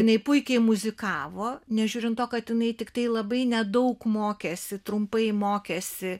jinai puikiai muzikavo nežiūrint to kad jinai tiktai labai nedaug mokėsi trumpai mokėsi